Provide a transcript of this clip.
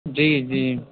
جی جی